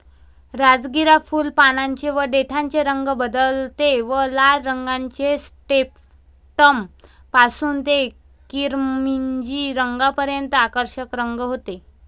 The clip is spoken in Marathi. राजगिरा फुल, पानांचे व देठाचे रंग बदलते व लाल रंगाचे स्पेक्ट्रम पासून ते किरमिजी रंगापर्यंत आकर्षक रंग होते